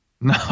No